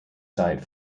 site